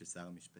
ראשית